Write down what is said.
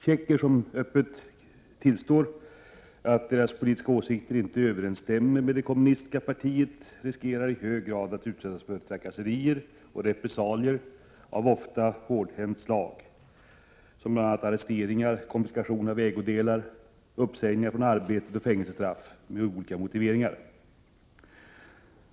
Tjecker som öppet tillstår att deras politiska åsikter inte överensstämmer med det kommunistiska partiets riskerar i hög grad att utsättas för trakasserier och repressalier av ofta hårdhänt slag, bl.a. arresteringar, konfiskation av ägodelar, uppsägningar från arbeten och fängelsestraff med olika motiveringar.